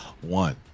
one